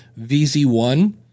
VZ1